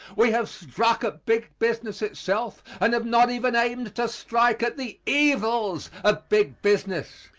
we have struck at big business itself and have not even aimed to strike at the evils of big business.